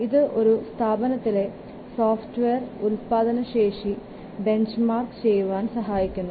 ഇത് ഒരു സ്ഥാപനത്തിലെ സോഫ്റ്റ്വെയറിന്റെ ഉൽപാദനക്ഷമതയെ ബെഞ്ച്മാർക്ക് ചെയ്യുവാൻ സഹായിക്കുന്നു